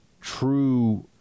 true